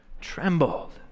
Trembled